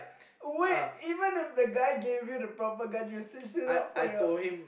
wait even if the guy gave you the proper gun you will still shoot up for your